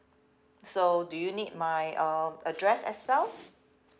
so do you need my um address as well